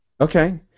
Okay